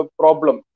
problem